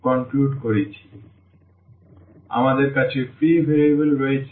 সুতরাং আমাদের কাছে ফ্রি ভেরিয়েবল রয়েছে